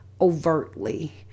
overtly